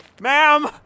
Ma'am